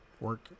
work